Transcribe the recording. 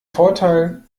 vorteil